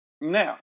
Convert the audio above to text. Now